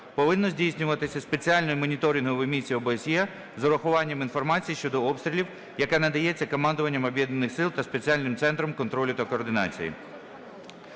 повинно здійснюватися Спеціальною моніторинговою місією ОБСЄ з урахуванням інформації щодо обстрілів, яка надається командуванням Об'єднаних сил та Спеціальним центром контролю та координації.